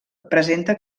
presenta